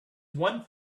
one